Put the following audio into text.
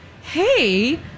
hey